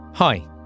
Hi